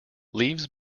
leaves